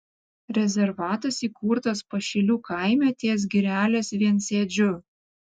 rezervatas įkurtas pašilių kaime ties girelės viensėdžiu